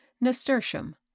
nasturtium